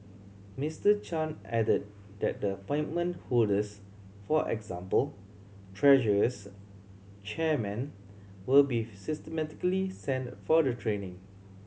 Mister Chan added that the appointment holders for example treasurers chairmen will be systematically sent for the training